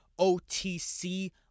OTC